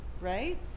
right